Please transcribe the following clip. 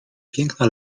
piękna